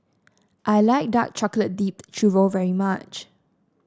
I like Dark Chocolate Dipped Churro very much